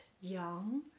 young